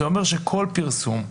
זה אומר שכל פרסום,